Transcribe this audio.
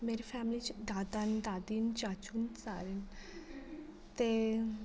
मेरी फैमिली च दादा न दादी न चाचू न सारे न ते